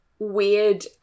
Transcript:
Weird